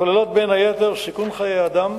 הכוללות, בין היתר, סיכון חיי אדם,